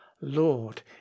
lord